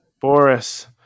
Boris